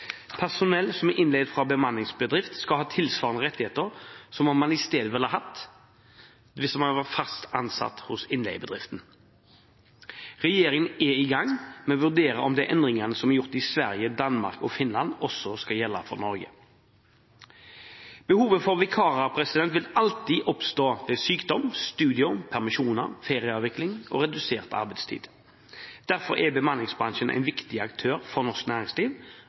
Personell som er innleid fra bemanningsbedrift, skal ha tilsvarende rettigheter som dem man ville hatt hvis man var fast ansatt hos innleiebedriften. Regjeringen er i gang med å vurdere om de endringene som er gjort i Sverige, Danmark og Finland, også skal gjelde for Norge. Behovet for vikarer vil alltid oppstå ved sykdom, studier, permisjoner, ferieavvikling og redusert arbeidstid. Derfor er bemanningsbransjen en viktig aktør for norsk næringsliv